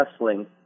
Wrestling